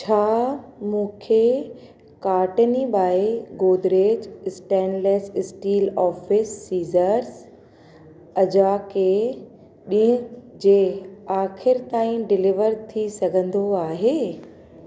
छा मूंखे कार्टिनी बाए Godrej stainless steel office scissors अजा के ॾींहं जे आखिर ताईं डिलेवर थी सघंदो आहे